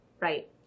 Right